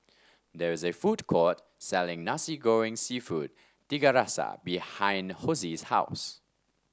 there is a food court selling Nasi Goreng seafood Tiga Rasa behind Hosie's house